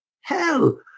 hell